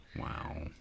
Wow